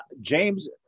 James